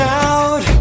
out